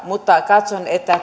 mutta katson että